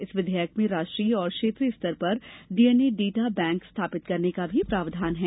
इस विधेयक में राष्ट्रीय और क्षेत्रीय स्तर पर डीएनए डेटा बैंक स्थापित करने का भी प्रावधान है